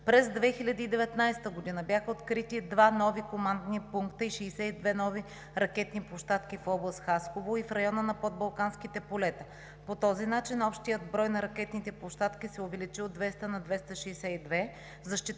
През 2019 г. бяха открити два нови командни пункта и 62 нови ракетни площадки в област Хасково и в района на подбалканските полета. По този начин общият брой на ракетните площадки се е увеличил от 200 на 262,